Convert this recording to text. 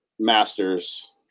masters